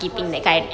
while skipping